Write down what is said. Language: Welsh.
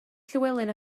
llywelyn